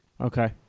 okay